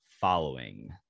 Following